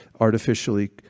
artificially